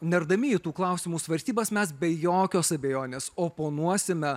nerdami į tų klausimų svarstybas mes be jokios abejonės oponuosime